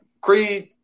Creed